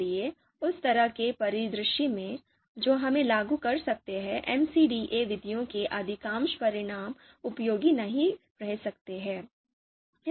इसलिए उस तरह के परिदृश्य में जो हम लागू कर सकते हैं MCDA विधियों के अधिकांश परिणाम उपयोगी नहीं रह सकते हैं